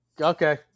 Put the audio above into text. Okay